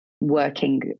working